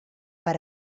per